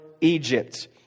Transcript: egypt